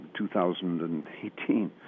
2018